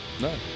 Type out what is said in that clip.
No